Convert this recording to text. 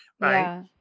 Right